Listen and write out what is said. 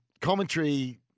commentary